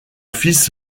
fils